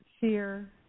fear